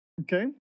Okay